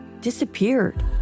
disappeared